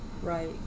Right